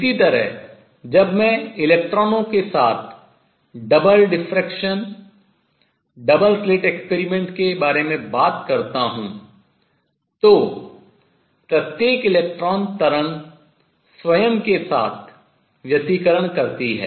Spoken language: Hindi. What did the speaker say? इसी तरह जब मैं इलेक्ट्रॉनों के साथ double diffraction दोहरे विवर्तन double slit experiment द्वि स्लिट प्रयोग के बारे में बात करता हूँ तो प्रत्येक इलेक्ट्रॉन तरंग स्वयं के साथ व्यतिकरण करती है